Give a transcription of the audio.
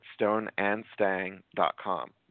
stoneandstang.com